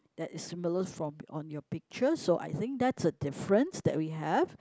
that is similar from on your picture so I think that's a difference that we have